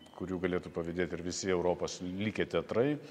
kurių galėtų pavydėt ir visi europos likę teatrai